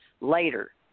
later